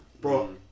bro